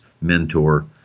mentor